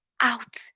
out